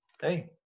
hey